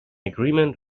agreement